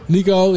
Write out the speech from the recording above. Nico